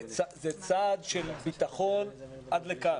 זה צעד של ביטחון עד לכאן.